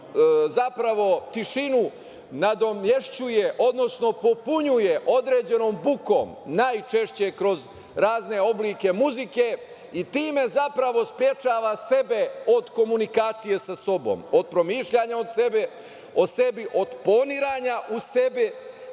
zapravo tišinu nadomešćuje, odnosno popunjuje određenom bukom, najčešće kroz razne oblike muzike i time zapravo sprečava sebe od komunikacije sa sobom, od promišljanja o sebi, od poniranja u sebe,